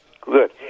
Good